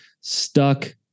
Stuck